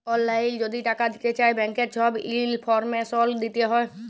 অললাইল যদি টাকা দিতে চায় ব্যাংকের ছব ইলফরমেশল দিতে হ্যয়